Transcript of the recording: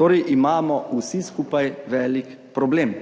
Torej imamo vsi skupaj velik problem.